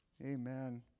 Amen